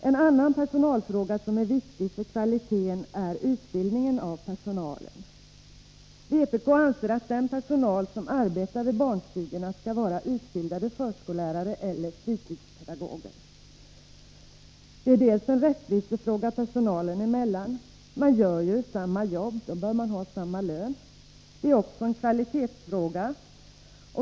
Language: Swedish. En annan fråga som är viktig för kvaliteten är utbildningen av personalen. Vpk anser att den personal som arbetar vid barnstugorna skall vara utbildade förskolelärare eller fritidspedagoger. Det är en rättvisefråga personalen emellan — man gör samma jobb, och då bör man också ha samma lön. Det är också en kvalitetsfråga.